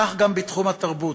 כך גם בתחום התרבות.